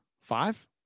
five